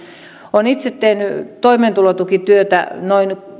olen itse tehnyt toimeentulotukityötä noin